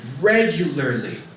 regularly